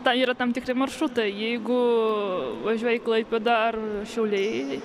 ta yra tam tikri maršrutai jeigu važiuoji į klaipėdą ar šiauliai